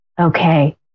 okay